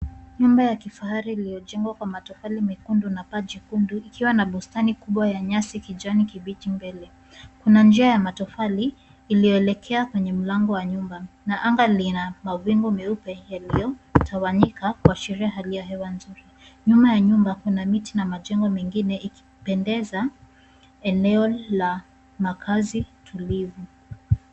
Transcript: Nyumba ya kifahari iliyojengwa kwa matofali mekundu na paa jekundu ikiwa na bustani kubwa ya nyasi kijani kibichi mbele. Kuna njia ya matofali iliyoelekea kwenye mlango wa nyumba na anga lina mawingu meupe yaliyotawanyika kuashiria hali ya hewa nzuri . Nyuma ya nyumba kuna miti na majengo mengine ikipendeza eneo la makazi tulivu.